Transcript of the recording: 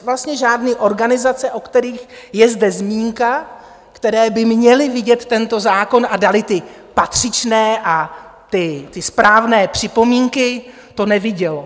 Vlastně žádné organizace, o kterých je zde zmínka, které by měly vidět tento zákon a daly patřičné a správné připomínky, to neviděly.